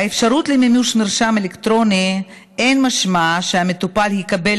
האפשרות למימוש מרשם אלקטרוני אין משמעה שהמטופל יקבל